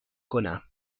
کنم